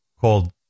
called